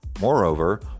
Moreover